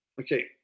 Okay